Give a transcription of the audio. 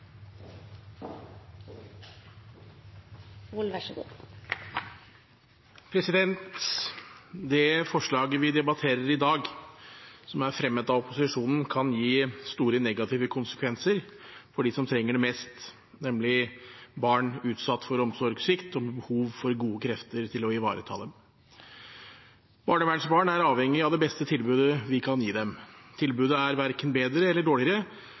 fremmet av opposisjonen, kan gi store negative konsekvenser for dem som trenger det mest, nemlig barn utsatt for omsorgssvikt og med behov for gode krefter til å ivareta dem. Barnevernsbarn er avhengige av det beste tilbudet vi kan gi dem. Tilbudet er verken bedre eller dårligere